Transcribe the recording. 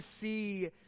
see